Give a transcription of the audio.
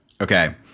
Okay